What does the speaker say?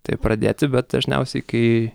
tai pradėti bet dažniausiai kai